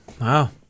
Wow